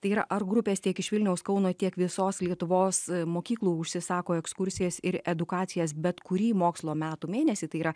tai yra ar grupės tiek iš vilniaus kauno tiek visos lietuvos mokyklų užsisako ekskursijas ir edukacijas bet kurį mokslo metų mėnesį tai yra